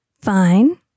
Fine